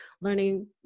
learning